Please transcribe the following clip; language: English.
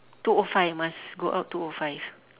two O five must go out two O five